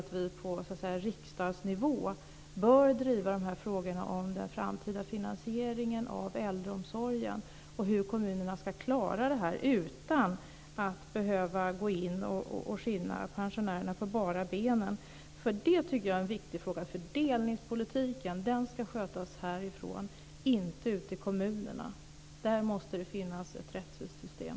Och vi bör på riksdagsnivå driva frågorna om den framtida finansieringen av äldreomsorgen och om hur kommunerna ska klara det här utan att behöva skinna pensionärerna. Det här tycker jag är en viktig fråga. Fördelningspolitiken ska skötas härifrån och inte ute i kommunerna. Där måste det finnas ett rättvist system.